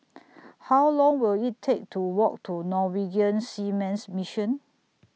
How Long Will IT Take to Walk to Norwegian Seamen's Mission